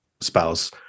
spouse